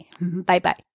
Bye-bye